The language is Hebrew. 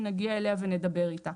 שנגיע אליה ונדבר איתה.